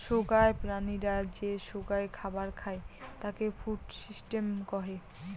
সোগায় প্রাণীরা যে সোগায় খাবার খাই তাকে ফুড সিস্টেম কহে